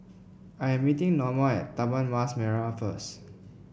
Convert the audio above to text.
I'm meeting Norma at Taman Mas Merah first